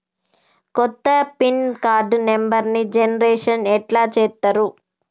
కొత్త pin card నెంబర్ని generation ఎట్లా చేత్తరు?